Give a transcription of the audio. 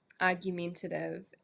argumentative